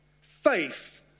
faith